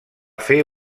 fer